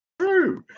true